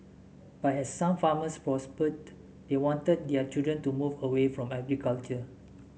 but as some farmers prospered they wanted their children to move away from agriculture